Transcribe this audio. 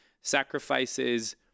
Sacrifices